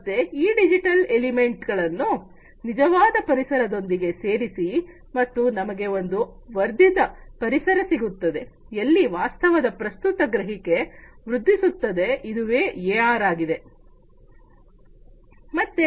ಮತ್ತೆ ಈ digital element ಗಳನ್ನು ನಿಜವಾದ ಪರಿಸರದೊಂದಿಗೆ ಸೇರಿಸಿ ಮತ್ತು ನಮಗೆ ಒಂದು ವರ್ಧಿತ ಪರಿಸರ ಸಿಗುತ್ತದೆ ಎಲ್ಲಿ ವಾಸ್ತವದ ಪ್ರಸ್ತುತ ಗ್ರಹಿಕೆ ವೃದ್ಧಿಸುತ್ತದೆ ಇದುವೇ ಎಆರ್ ಆಗಿದೆ